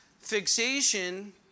fixation